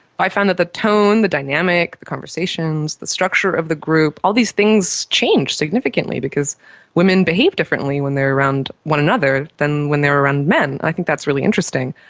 i found that the tone, the dynamic, the conversations, the structure of the group, all these things change significantly because women behave differently when they are around one and other than when they are around men. i think that's really interesting,